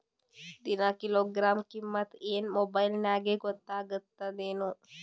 ದಿನಾ ಕಿಲೋಗ್ರಾಂ ಕಿಮ್ಮತ್ ಏನ್ ಮೊಬೈಲ್ ನ್ಯಾಗ ಗೊತ್ತಾಗತ್ತದೇನು?